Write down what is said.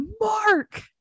mark